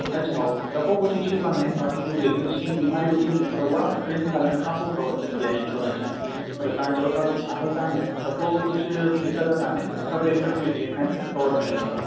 अच्छा ओके त पोइ कुझु इशू कान्हे बाक़ी कुझु एक्जिस्टिंग बीमारी हुजे थी त उहा टिनि सालनि खां पोइ कवर थींदी आहे इंश्योरेंस में पर तव्हां चओ था कुझु आहे कानि त पोइ कुझु दिक़त कान्हे सभु एकटीह ॾींहं खां ई कवर मिलंदव